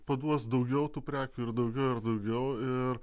paduos daugiau tų prekių ir daugiau ir daugiau ir